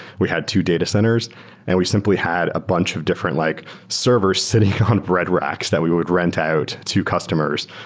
we had two data centers and we simply had a bunch of different like server sitting on bread racks that we would rent out to customers.